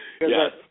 Yes